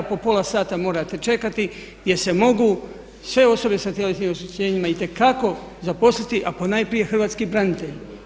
Po pola sata morate čekati jer se mogu sve osobe sa tjelesnim oštećenjima itekako zaposliti, a ponajprije hrvatski branitelji.